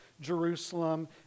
Jerusalem